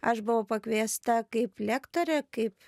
aš buvau pakviesta kaip lektorė kaip